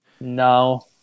no